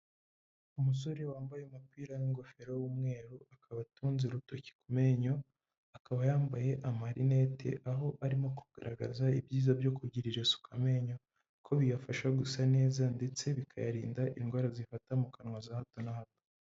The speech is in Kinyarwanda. Umusore wambaye umupira n'ingofero y'umweru akaba atunze urutoki ku menyo, akaba yambaye amarinete aho arimo kugaragaza ibyiza byo kugirira isuku amenyo ko biyafasha gusa neza ndetse bikayarinda indwara zifata mu kanwa za hato na hato.